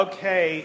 Okay